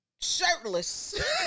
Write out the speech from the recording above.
shirtless